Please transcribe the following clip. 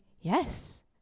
yes